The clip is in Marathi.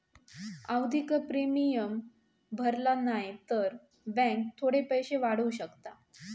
आवधिक प्रिमियम भरला न्हाई तर बॅन्क थोडे पैशे वाढवू शकता